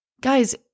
Guys